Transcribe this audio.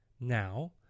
Now